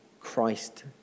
Christ